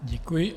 Děkuji.